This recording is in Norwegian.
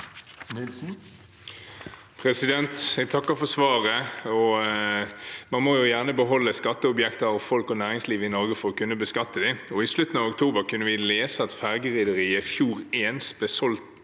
Jeg takker for svaret. Man må gjerne beholde skatteobjekter, folk og næringsliv, i Norge for å kunne beskatte dem. I slutten av oktober kunne vi lese at ferjerederiet Fjord1 ble solgt